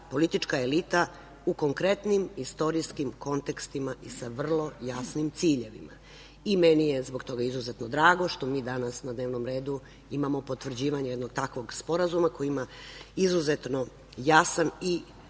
politička elita u konkretnim istorijskim kontekstima i sa vrlo jasnim ciljevima. Meni je zbog toga izuzetno drago što mi danas na dnevnom redu imamo potvrđivanje jednog takvog sporazuma, koji ima izuzetno jasan i